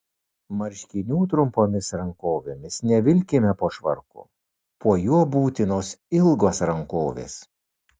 marškinių trumpomis rankovėmis nevilkime po švarku po juo būtinos ilgos rankovės